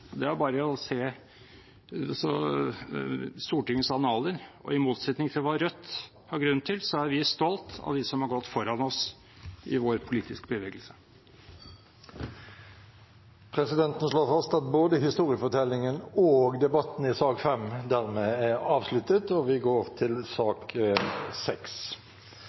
Det er bare å se i Stortingets annaler. I motsetning til hva Rødt har grunn til, er vi stolte av dem som har gått foran oss i vår politiske bevegelse. Flere har ikke bedt om ordet til sak nr. 5, og presidenten slår dermed fast at både historiefortellingen og debatten i saken er avsluttet.